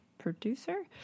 producer